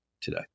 today